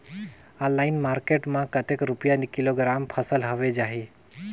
Online market मां कतेक रुपिया किलोग्राम फसल हवे जाही?